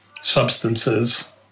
substances